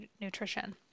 nutrition